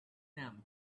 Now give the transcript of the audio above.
them